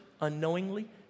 unknowingly